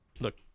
look